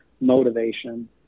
motivation